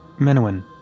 Menowin